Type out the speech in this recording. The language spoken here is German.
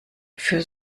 für